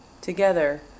Together